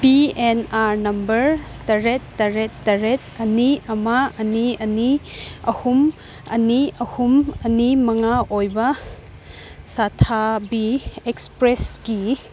ꯄꯤ N R number ꯇꯔꯦꯠ ꯇꯔꯦꯠ ꯇꯔꯦꯠ ꯑꯅꯤ ꯑꯃ ꯑꯅꯤ ꯑꯅꯤ ꯑꯍꯨꯝ ꯑꯅꯤ ꯑꯍꯨꯝ ꯑꯅꯤ ꯃꯉꯥ ꯑꯣꯏꯕ ꯁꯊꯥꯕꯤ ꯑꯦꯛꯁꯄ꯭ꯔꯦꯁꯀꯤ